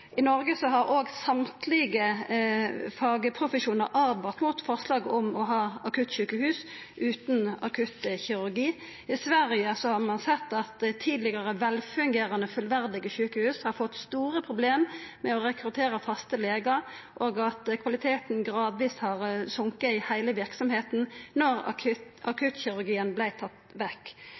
I Noreg har òg alle fagprofesjonar åtvara mot forslaget om å ha akuttsjukehus utan akuttkirurgi. I Sverige har ein sett at tidlegare velfungerande, fullverdige sjukehus har fått store problem med å rekruttera faste legar, og at kvaliteten gradvis har sokke i heile verksemda når akuttkirurgien vart tatt vekk.